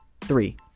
Three